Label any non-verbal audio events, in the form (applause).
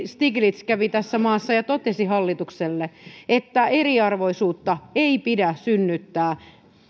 (unintelligible) stiglitz kävi tässä maassa ja totesi hallitukselle että eriarvoisuutta ei pidä synnyttää